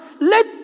let